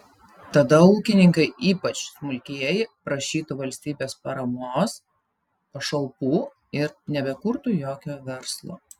tada ūkininkai ypač smulkieji prašytų valstybės paramos pašalpų ir nebekurtų jokio verslo